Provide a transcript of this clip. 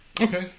Okay